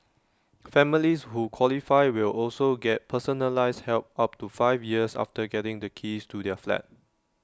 families who qualify will also get personalised help up to five years after getting the keys to their flat